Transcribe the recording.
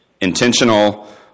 Intentional